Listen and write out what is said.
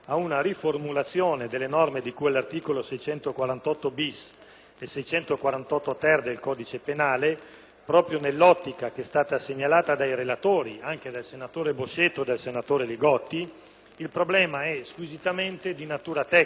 Il problema è squisitamente di natura tecnica; non esistono soltanto gli articoli de «Il Sole 24 Ore»,